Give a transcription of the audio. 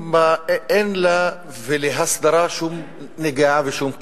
אין לה ולהסדרה שום נגיעה ושום קשר.